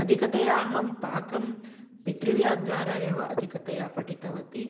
अधिकतया अहं पाकं पितृव्या द्वारा एव अधिकतया पठितवती